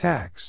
Tax